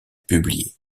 publié